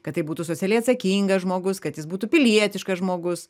kad tai būtų socialiai atsakingas žmogus kad jis būtų pilietiškas žmogus